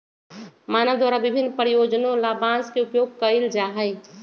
मानव द्वारा विभिन्न प्रयोजनों ला बांस के उपयोग कइल जा हई